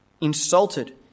Insulted